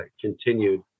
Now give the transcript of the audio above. continued